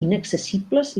inaccessibles